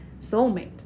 soulmate